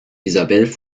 isabel